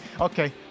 Okay